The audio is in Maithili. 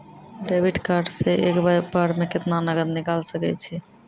डेबिट कार्ड से एक बार मे केतना नगद निकाल सके छी?